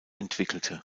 entwickelte